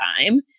time